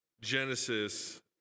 Genesis